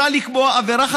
בשבוע שעבר.